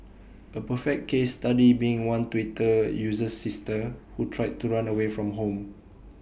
A perfect case study being one Twitter user's sister who tried to run away from home